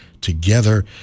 together